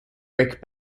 rick